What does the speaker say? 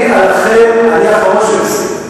אני האחרון שאעשה.